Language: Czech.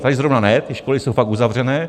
Tady zrovna ne, ty školy jsou fakt uzavřené.